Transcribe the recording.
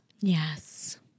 Yes